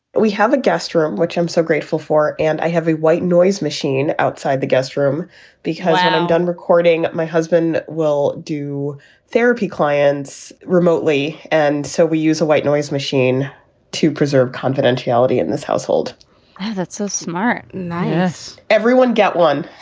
we have a guest room, which i'm so grateful for, and i have a white noise machine outside the guest room because i'm done recording. my husband will do therapy clients remotely. and so we use a white noise machine to preserve confidentiality in this household yeah that's a smart, nice. everyone get one